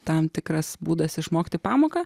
tam tikras būdas išmokti pamoką